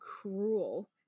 cruel